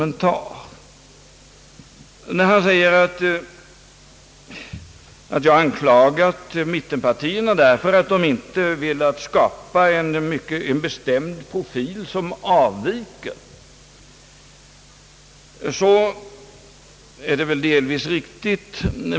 När han säger, att jag anklagar mittenpartierna för att de inte velat skapa en bestämd profil, som avviker, så är det väl delvis riktigt.